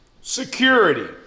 Security